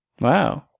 Wow